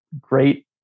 great